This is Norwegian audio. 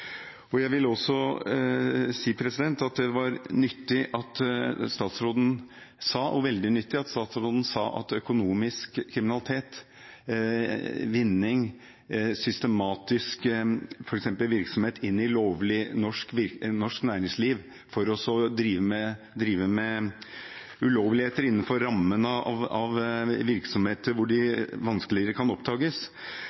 Jeg vil også si at det var veldig nyttig, det statsråden sa om økonomisk kriminalitet, vinning, f.eks. systematisk virksomhet inn i lovlig norsk næringsliv for å drive med ulovligheter innenfor rammene av virksomheter hvor de